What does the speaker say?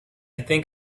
think